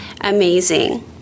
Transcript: amazing